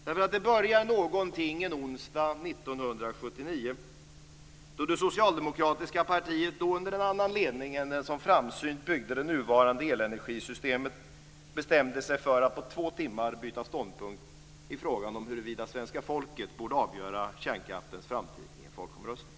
Det börjar en onsdag år 1979 då det socialdemokratiska partiet, nu under en annan ledning än den som framsynt byggde det nuvarande elenergisystemet, bestämde sig för att på två timmar byta ståndpunkt i frågan om huruvida svenska folket borde avgöra kärnkraftens framtid i en folkomröstning.